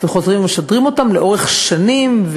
וחוזרים ומשדרים אותם לאורך שנים,